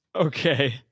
Okay